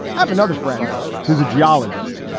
have another friend who's a geologist.